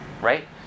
Right